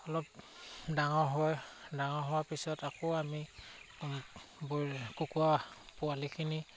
অলপ ডাঙৰ হয় ডাঙৰ হোৱাৰ পিছত আকৌ আমি কুকুৰা পোৱালিখিনি